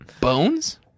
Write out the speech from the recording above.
Bones